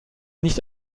nicht